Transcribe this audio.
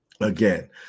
Again